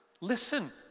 Listen